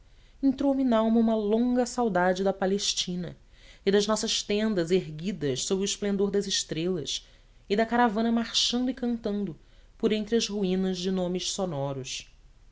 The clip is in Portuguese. entrou-me na alma uma longa saudade da palestina e das nossas tendas erguidas sob o esplendor das estrelas e da caravana marchando e cantando por entre as ruínas de nomes sonoros